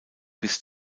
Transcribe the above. bis